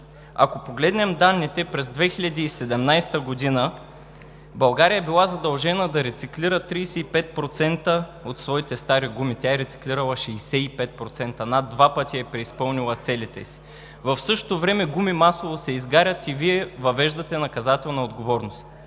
Ако погледнем данните, през 2017 г. България е била задължена да рециклира 35% от своите стари гуми, тя е рециклирала 65% – над два пъти е преизпълнила целите си. В същото време гуми масово се изгарят и Вие въвеждате наказателна отговорност.